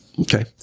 Okay